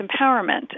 empowerment